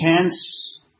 tense